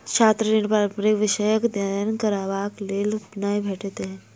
छात्र ऋण पारंपरिक विषयक अध्ययन करबाक लेल नै भेटैत छै